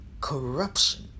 corruption